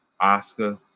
Oscar